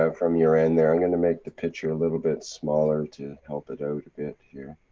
um from your end there, i'm gonna make the picture a little bit smaller, to help it out a bit here.